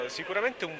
sicuramente